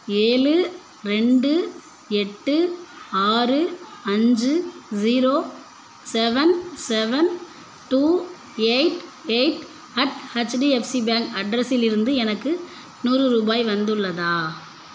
ஏழு ரெண்டு எட்டு ஆறு அஞ்சு zero seven seven two eight eight at HDFC bank அட்ரஸிலிருந்து எனக்கு நூறு ரூபாய் வந்துள்ளதா